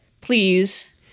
please